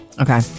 Okay